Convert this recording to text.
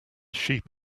sheep